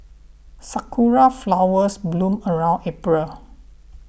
sakura flowers bloom around April